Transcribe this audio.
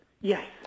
Yes